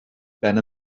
ben